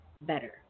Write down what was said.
better